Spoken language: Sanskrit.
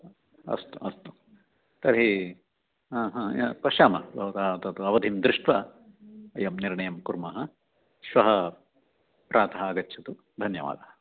अस्तु अस्तु तर्हि पश्यामः भवतः तत् अवधिं दृष्ट्वा वयं निर्णयं कुर्मः श्वः प्रातः आगच्छतु धन्यवादः